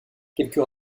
quelques